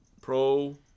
pro